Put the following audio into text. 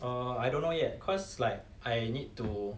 err I don't know yet cause like I need to